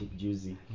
juicy